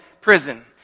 prison